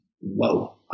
whoa